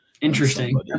Interesting